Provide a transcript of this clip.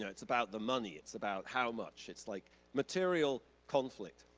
yeah it's about the money. it's about how much. it's like material conflict,